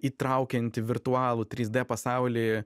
įtraukianti virtualų trys d pasaulį